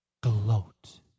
Gloat